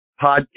podcast